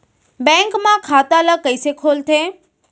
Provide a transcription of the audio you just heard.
Bank म खाता ल कइसे खोलथे?